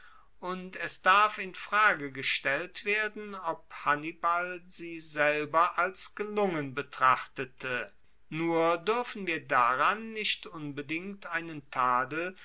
und es darf in frage gestellt werden ob hannibal sie selber als gelungen betrachtete nur duerfen wir daran nicht unbedingt einen tadel